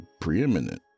preeminent